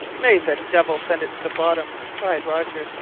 may the devil send it to the bottom! cried roger.